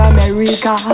America